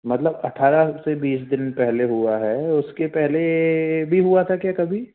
मतलब अठारह से बीस दिन पहले हुआ है उसके पहले भी हुआ था क्या कभी